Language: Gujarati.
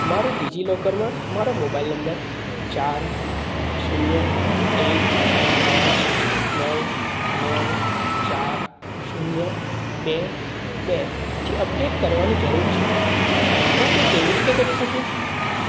મારે ડિજિલોકરમાં મારો મોબાઇલ નંબર ચાર શૂન્ય એક પાંચ નવ નવ ચાર શૂન્ય બે બેથી અપડેટ કરવાની જરૂર છે હું તે કેવી રીતે કરી શકું